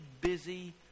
busy